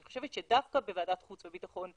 אני חושבת שדווקא בוועדת החוץ והביטחון,